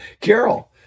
Carol